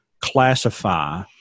classify